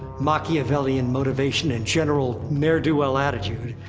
machiavellian motivation and general ne'er-do-well attitude,